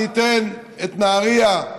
אתן את נהריה,